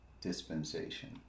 dispensation